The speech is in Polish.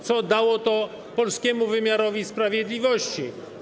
Co dało to polskiemu wymiarowi sprawiedliwości?